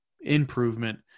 improvement